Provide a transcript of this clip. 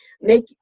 make